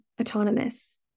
autonomous